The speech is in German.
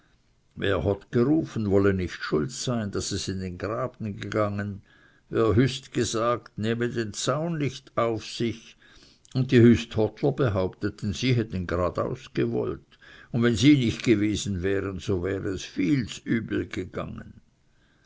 wer hott gerufen wolle nicht schuld sein daß es in den graben gegangen wer hüst gesagt nehme den zaun nicht auf sich und die hüsthottler behaupteten sie hätten gradaus gewollt und wenn sie nicht gewesen wären so wäre es viel z'übel gegangen